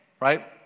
right